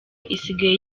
isigaye